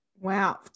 Wow